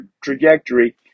trajectory